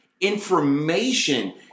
information